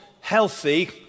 healthy